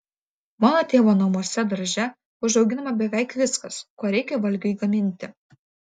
mano tėvo namuose darže užauginama beveik viskas ko reikia valgiui gaminti